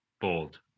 Bold